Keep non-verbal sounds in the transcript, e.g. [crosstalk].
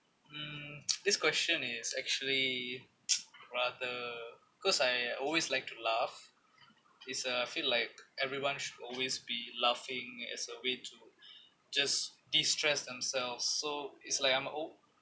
mm [noise] this question is actually [noise] rather cause I always like to laugh is uh I feel like everyone should always be laughing as a way to just distress themselves so is like I'm al~